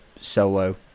solo